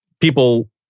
people